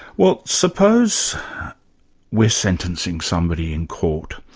well suppose we're sentencing somebody in court,